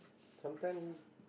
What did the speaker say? sometime